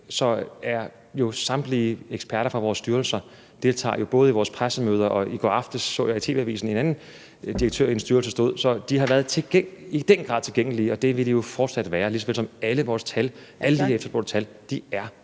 det, at samtlige eksperter fra vores styrelser deltager både i vores pressemøder og andet – og i går aftes så jeg i TV Avisen en anden direktør i en styrelse stå der. Så de har i den grad været tilgængelige, og det vil de jo fortsat være, lige så vel som alle vores tal, alle de efterspurgte tal, er